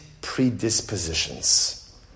predispositions